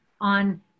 on